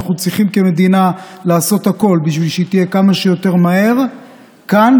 אנחנו צריכים כמדינה לעשות הכול בשביל שהיא תהיה כמה שיותר מהר כאן,